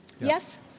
yes